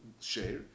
share